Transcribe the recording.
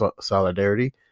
solidarity